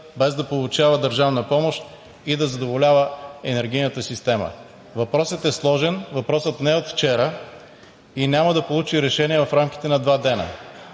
без да получава държавна помощ и да задоволява енергийната система. Въпросът е сложен, въпросът не е от вчера и няма да получи решение в рамките на два дена.